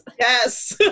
yes